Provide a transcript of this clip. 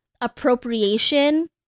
appropriation